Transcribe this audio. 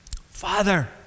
Father